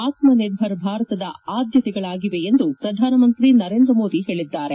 ಆತ್ಮನಿರ್ಭರ್ ಭಾರತದ ಆದ್ಯತೆಗಳಾಗಿವೆ ಎಂದು ಪ್ರಧಾನಮಂತ್ರಿ ನರೇಂದ್ರ ಮೋದಿ ಹೇಳಿದ್ದಾರೆ